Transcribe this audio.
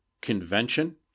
convention